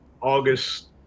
August